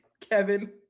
Kevin